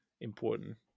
important